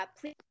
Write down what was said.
please